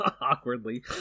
awkwardly